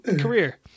career